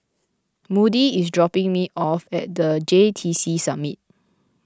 Moody is dropping me off at the J T C Summit